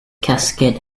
cascade